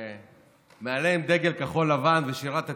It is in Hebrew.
ומעליהם דגל כחול-לבן בשירת התקווה,